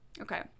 Okay